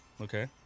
Okay